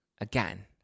Again